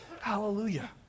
Hallelujah